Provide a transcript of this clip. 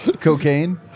Cocaine